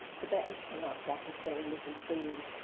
tibetans cannot practice their religion freely.